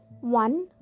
One